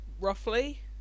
Roughly